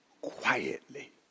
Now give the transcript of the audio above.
quietly